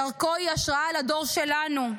דרכו היא השראה לדור שלנו,